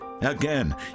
Again